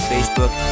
Facebook